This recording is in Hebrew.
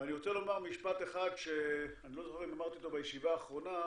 ואני רוצה לומר משפט אחד שאני לא זוכר אם אמרתי אותו בישיבה האחרונה,